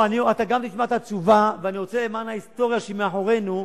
אבל ההיסטוריה כבר מאחורינו.